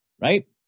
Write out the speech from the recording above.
right